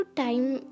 time